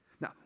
Now